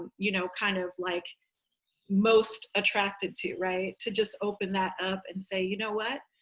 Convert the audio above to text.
you know, kind of like most attracted to. right? to just open that up and say, you know what,